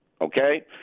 Okay